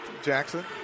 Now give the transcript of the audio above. Jackson